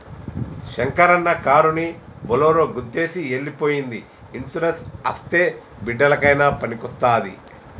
శంకరన్న కారుని బోలోరో గుద్దేసి ఎల్లి పోయ్యింది ఇన్సూరెన్స్ అస్తే బిడ్డలకయినా పనికొస్తాది